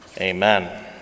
Amen